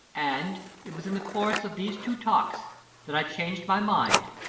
and it was in the course of these two talks that i changed my mind,